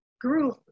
group